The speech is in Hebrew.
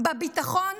בביטחון